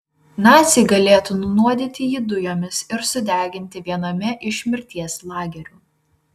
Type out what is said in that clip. naciai galėtų nunuodyti jį dujomis ir sudeginti viename iš mirties lagerių